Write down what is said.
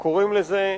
קוראים לזה: